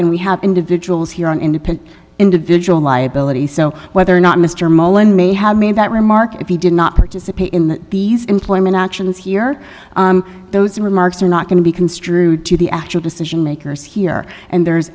and we have individuals here an independent individual liability so whether or not mr mullin may have made that remark if he did not participate in the employment actions here those remarks are not going to be construed to the actual decision makers here and there's